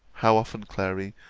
how often, clary,